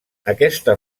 aquesta